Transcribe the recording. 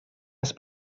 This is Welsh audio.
nes